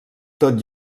tot